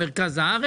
את המחנכים שלו,